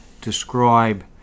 describe